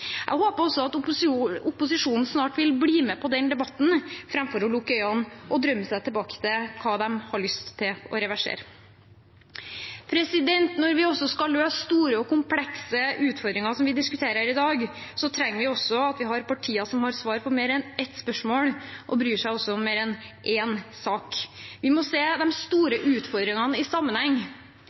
Jeg håper at også opposisjonen snart vil bli med på den debatten, framfor å lukke øynene og drømme seg tilbake til det de har lyst til å reversere. Når vi skal løse store og komplekse utfordringer, som dem vi diskuterer her i dag, trenger vi partier som har svar på mer enn ett spørsmål, og som bryr seg om mer enn én sak. Vi må se de store utfordringene i sammenheng.